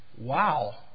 wow